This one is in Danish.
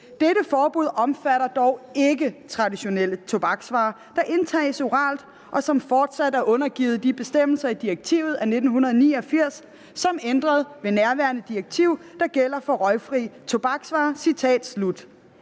dette forbud omfatter dog ikke traditionelle tobaksvarer, som indtages oralt, og som fortsat er undergivet de bestemmelser i direktiv 89/622/EOEF, som ændret ved nærværende direktiv, der gælder for røgfri tobaksvarer«.